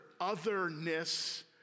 otherness